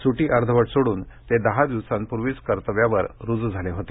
सुट्टय़ा अर्धवट सोडून ते दहा दिवसांपूर्वीच कर्तव्यावर रुजू झालेले होते